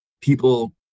people